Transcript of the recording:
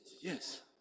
Yes